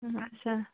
اچھا